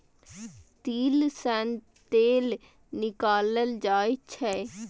तिल सं तेल निकालल जाइ छै